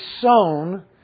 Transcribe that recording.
sown